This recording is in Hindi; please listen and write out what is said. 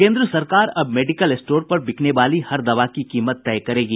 केन्द्र सरकार अब मेडिकल स्टोर पर बिकने वाली हर दवा की कीमत नियंत्रित करेगी